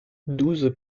douze